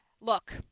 look